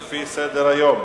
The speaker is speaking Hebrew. חברי חברי הכנסת, לפי סדר-היום,